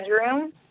bedroom